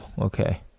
Okay